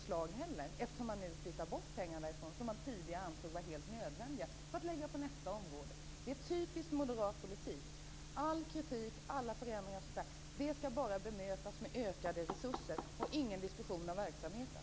Man vill nu flytta bort pengar som man tidigare ansåg var helt nödvändiga och lägga dem på nästa område. Det är typiskt moderat politik. All kritik och alla förändringar skall bemötas enbart med ökade resurser - inte med diskussion om verksamheten.